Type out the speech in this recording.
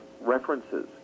references